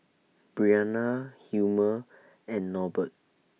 Briana Hilmer and Norbert